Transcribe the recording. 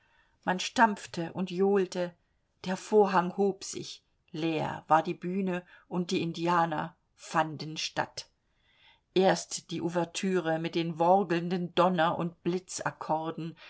man stampfte und johlte der vorhang hob sich leer war die bühne und die indianer fanden statt erst die ouvertüre mit den worgelnden donner und